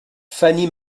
fanny